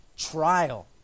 trial